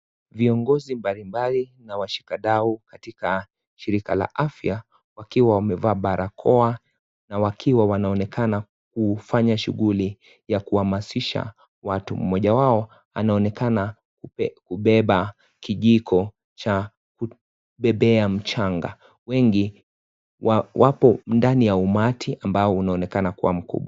Viongozi mbalimbali na washikadau katika shirika la afya, wakiwa wamevaa barakoa na wakiwa wanaonekana kufanya shughuli ya kuhamasisha watu, mmoja wao anaonekana kubeba kijiko cha kubebea mchanga, wengi wapo ndani ya umati ambao unaoekana kuwa mkubwa.